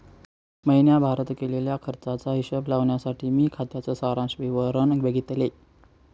महीण्याभारत केलेल्या खर्चाचा हिशोब लावण्यासाठी मी खात्याच सारांश विवरण बघितले